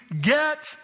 get